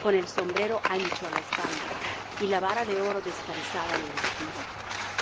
con el sombrero ancho á la espalda y la vara de oro descansada en el estribo